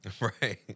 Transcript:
Right